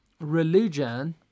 religion